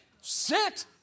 sit